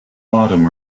autumn